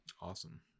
Awesome